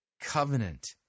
covenant